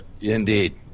Indeed